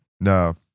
no